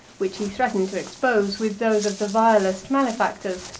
which he threatened to expose with those of the vilest malefactors,